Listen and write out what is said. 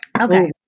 Okay